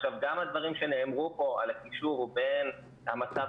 גם הדברים שנאמרו פה על הקישור בין המצב